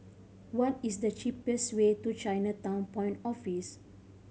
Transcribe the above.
what is the cheapest way to Chinatown Point Office